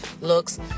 looks